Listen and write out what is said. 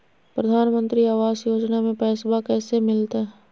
प्रधानमंत्री आवास योजना में पैसबा कैसे मिलते?